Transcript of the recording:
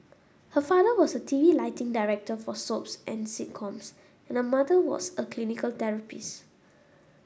her father was a T V lighting director for soaps and sitcoms and her mother was a clinical therapist